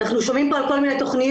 אנחנו שומעים פה על כל מיני תוכניות,